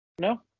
no